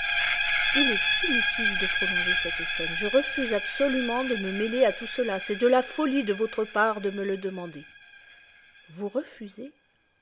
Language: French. il est inutile de prolonger cette scène je refuse absolument de me mêler à tout cela c'est de la folie de votre part de me le demander vous refusez